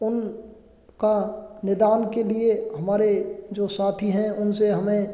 उनका निदान के लिए हमारे जो साथी हैं उनसे हमें